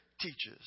teaches